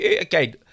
Again